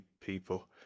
people